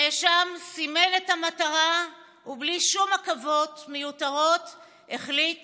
הנאשם סימן את המטרה ובלי שום עכבות מיותרות החליט